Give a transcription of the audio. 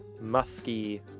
musky